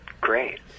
great